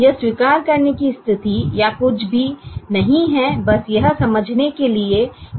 यह अस्वीकार करने की स्थिति या कुछ भी नहीं है बस यह समझने के लिए कि दो अलग अलग समस्याएं हैं